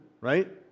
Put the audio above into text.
right